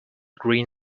agree